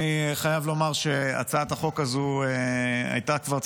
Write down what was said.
אני חייב לומר שהצעת החוק הזו כבר מזמן